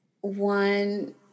One